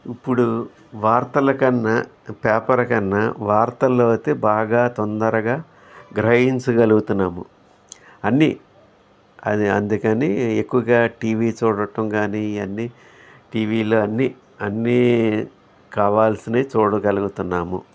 ఇప్పుడు వార్తల కన్నా పేపర్ కన్నా వార్తలలో అయితే బాగా తొందరగా గ్రహించగలుగుతున్నాము అన్నీ అది అందుకని ఎక్కువగా టీవీ చూడడం కానీ ఇవన్నీ టీవీలో అన్నీ అన్నీ కావాల్సినవి చూడగలుగుతున్నాము